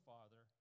Father